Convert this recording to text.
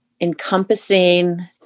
encompassing